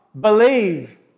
Believe